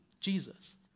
Jesus